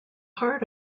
heart